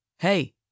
Hey